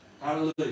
Hallelujah